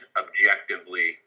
objectively